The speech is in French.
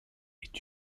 est